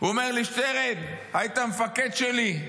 הוא אומר לי: שטרן, היית מפקד שלי,